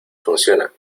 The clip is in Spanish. funciona